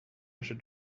should